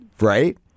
right